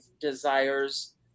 desires